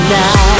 now